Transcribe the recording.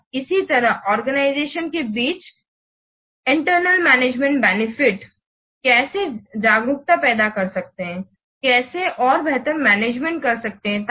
और इसी तरह आर्गेनाईजेशन के बीच इंटरनल मैनेजमेंट बेनिफिट कैसे जागरूकता पैदा कर सकते हैं कैसे और बेहतर मैनेजमेंट कर सकते हैं